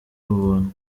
ubuntu